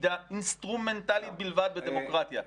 תפקידה אינסטרומנטלי בלבד בדמוקרטיה.